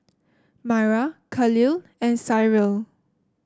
Myra Khalil and Cyril